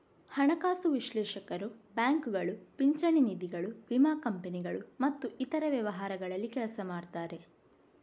ಹಣಕಾಸು ವಿಶ್ಲೇಷಕರು ಬ್ಯಾಂಕುಗಳು, ಪಿಂಚಣಿ ನಿಧಿಗಳು, ವಿಮಾ ಕಂಪನಿಗಳು ಮತ್ತೆ ಇತರ ವ್ಯವಹಾರಗಳಲ್ಲಿ ಕೆಲಸ ಮಾಡ್ತಾರೆ